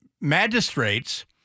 magistrates